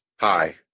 Hi